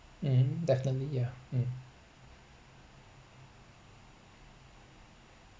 um definitely yeah um